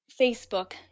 Facebook